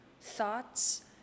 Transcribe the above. thoughts